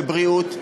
בבריאות: